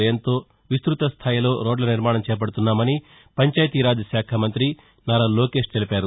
వ్యయంతో విస్తృతస్టాయిలో రోడ్ల నిర్మాణం చేపడుతున్నామని పంచాయితీ రాజ్ శాఖా మంతి నారా లోకేష్ తెలిపారు